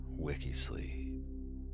Wikisleep